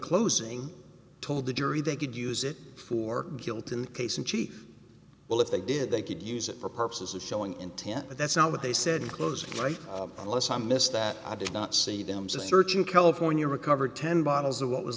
closing told the jury they could use it for guilt in the case in chief well if they did they could use it for purposes of showing intent but that's not what they said in closing right unless i missed that i did not see them search in california recovered ten bottles of what was